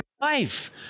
life